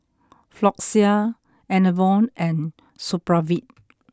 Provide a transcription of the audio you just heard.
Floxia Enervon and Supravit